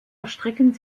erstrecken